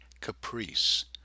caprice